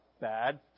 bad